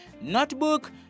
notebook